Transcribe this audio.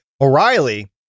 o'reilly